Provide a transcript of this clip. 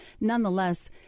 nonetheless